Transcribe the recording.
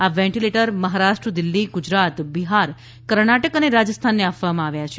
આ વેન્ટીલેટર મહારાષ્ટ્ર દિલ્હી ગુજરાત બિહાર કર્ણાટક અને રાજસ્થાનને આપવામાં આવ્યા છે